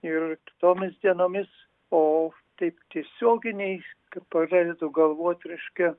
ir tomis dienomis o taip tiesioginiais kaip pradedu galvot reiškia